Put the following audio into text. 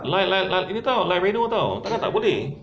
lye lye lye lye ini [tau] takkan tak boleh